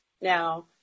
now